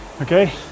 okay